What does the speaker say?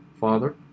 father